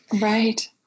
Right